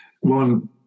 One